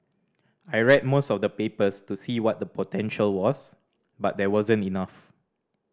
I read most of the papers to see what the potential was but there wasn't enough